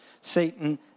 Satan